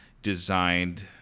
Designed